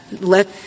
let —